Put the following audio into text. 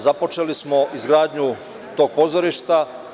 Započeli smo izgradnju tog pozorišta.